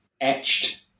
etched